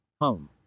home